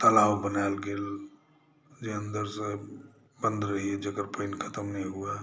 तालाब बनायल गेल जे अन्दरसॅं बन्द रहिया जगह पानि खतम नहि हुए